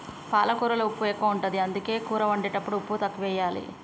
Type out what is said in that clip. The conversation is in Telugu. పాలకూరలో ఉప్పు ఎక్కువ ఉంటది, అందుకే కూర వండేటప్పుడు ఉప్పు తక్కువెయ్యాలి